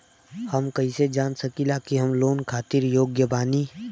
हम कईसे जान सकिला कि हम लोन खातिर योग्य बानी?